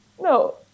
No